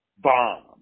Bomb